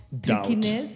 Doubt